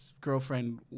Girlfriend